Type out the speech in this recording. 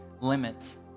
limits